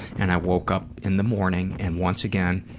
and i woke up in the morning, and once again,